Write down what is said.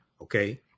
Okay